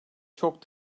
çok